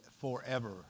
forever